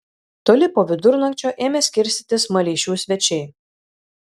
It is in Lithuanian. toli po vidurnakčio ėmė skirstytis maleišių svečiai